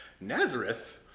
Nazareth